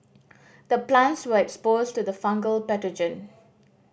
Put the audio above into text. the plants were exposed to the fungal pathogen